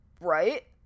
right